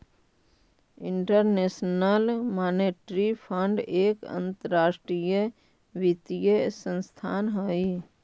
international monetary fund एक अंतरराष्ट्रीय वित्तीय संस्थान हई